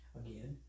again